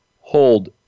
hold